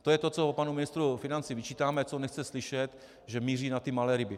To je to, co panu ministru financí vyčítáme, co nechce slyšet že míří na ty malé ryby.